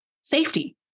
safety